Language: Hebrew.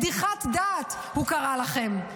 מדיחי דעת, הוא קרא לכם.